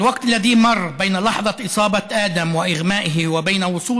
(הזמן שעבר מהרגע שבו נפצע אדם והתעלף עד